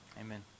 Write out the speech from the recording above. Amen